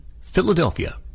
Philadelphia